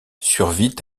survit